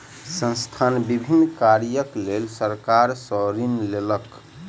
संस्थान विभिन्न कार्यक लेल सरकार सॅ ऋण लेलक